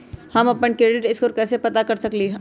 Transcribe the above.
हम अपन credit score कैसे पता कर सकेली?